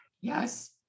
Yes